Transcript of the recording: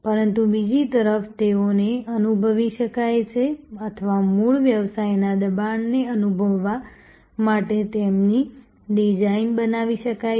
પરંતુ બીજી તરફ તેઓને અનુભવી શકાય છે અથવા મૂળ વ્યવસાયના દબાણને અનુભવવા માટે તેમની ડિઝાઇન બનાવી શકાય છે